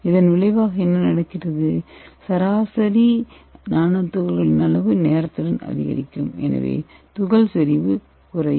இதன் விளைவாக என்ன நடக்கிறது சராசரி நானோ துகள்களின் அளவு நேரத்துடன் அதிகரிக்கும் எனவே துகள்களின் செறிவு குறையும்